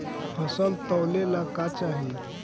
फसल तौले ला का चाही?